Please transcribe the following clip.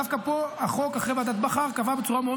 דווקא פה החוק אחרי ועדת בכר קבע בצורה מאוד